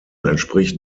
entspricht